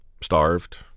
starved